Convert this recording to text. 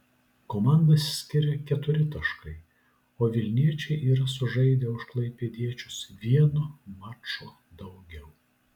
komandas skiria keturi taškai o vilniečiai yra sužaidę už klaipėdiečius vienu maču daugiau